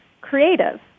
creative